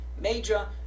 Major